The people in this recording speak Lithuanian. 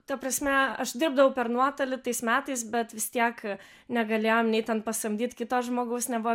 ta prasme aš dirbdavau per nuotolį tais metais bet vis tiek negalėjom nei ten pasamdyt kito žmogaus nebuvo